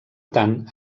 tant